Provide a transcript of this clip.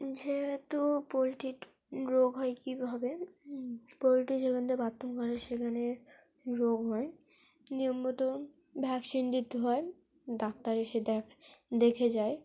যেহেতু পোলট্রির রোগ হয় কীভাবে পোলট্রি যেখান থেকে বাথরুম করে সেখানে রোগ হয় নিয়ম মতো ভ্যাকসিন দিতে হয় ডাক্তার এসে দেখ দেখে যায়